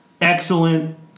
excellent